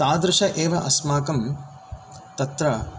तादृश एव अस्माकं तत्र